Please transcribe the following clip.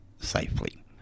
safely